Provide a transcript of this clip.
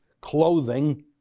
Clothing